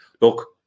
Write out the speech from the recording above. look